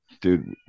Dude